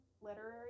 literary